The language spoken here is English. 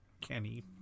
kenny